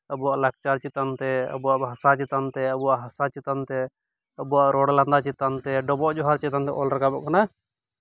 ᱟᱵᱚᱣᱟᱜ ᱞᱟᱠᱪᱟᱨ ᱪᱮᱛᱟᱱ ᱛᱮ ᱟᱵᱚᱣᱟᱜ ᱵᱷᱟᱥᱟ ᱪᱮᱛᱟᱱ ᱛᱮ ᱟᱵᱚᱣᱟᱜ ᱟᱥᱟ ᱪᱮᱛᱟᱱ ᱛᱮ ᱟᱵᱚᱣᱟᱜ ᱨᱚᱲ ᱞᱟᱸᱫᱟ ᱪᱮᱛᱟᱱ ᱛᱮ ᱰᱚᱵᱚᱜ ᱡᱚᱦᱟᱨ ᱪᱮᱛᱟᱱ ᱛᱮ ᱚᱞ ᱨᱟᱠᱟᱵᱚᱜ ᱠᱟᱱᱟ